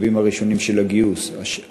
השלבים הראשונים של הגיוס.